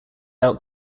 out